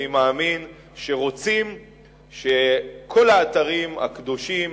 אני מאמין שרוצים שכל האתרים הקדושים,